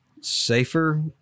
safer